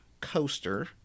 coaster